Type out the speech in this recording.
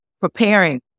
preparing